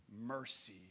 mercy